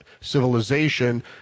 civilization